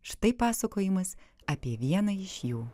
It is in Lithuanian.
štai pasakojimas apie vieną iš jų